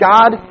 God